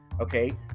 okay